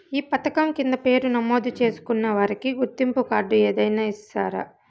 ఈ పథకం కింద పేరు నమోదు చేసుకున్న వారికి గుర్తింపు కార్డు ఏదైనా ఇస్తారా?